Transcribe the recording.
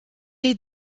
est